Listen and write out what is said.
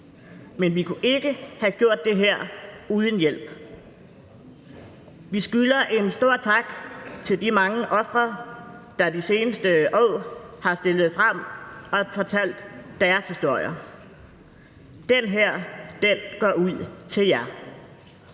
Men vi kunne ikke have gjort det her uden hjælp. Vi skylder en stor tak til de mange ofre, der de seneste år har stillet sig frem og fortalt deres historier. Den her går ud til jer.